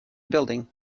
building